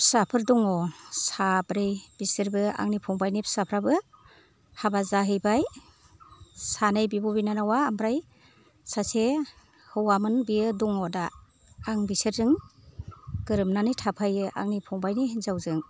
फिसाफोर दङ साब्रै बिसोरबो आंनि फंबायनि फिसाफ्राबो हाबा जाहैबाय सानै बिब' बिनानावा ओमफ्राय सासे हौवामोन बेयो दङ दा आं बिसोरजों गोरोबनानै थाफायो आंनि फंबायनि हिन्जावजों